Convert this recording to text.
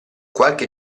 qualche